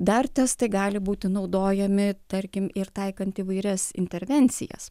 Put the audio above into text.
dar testai gali būti naudojami tarkim ir taikant įvairias intervencijas